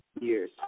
years